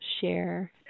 share